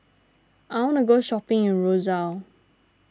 I wanna go shopping in Roseau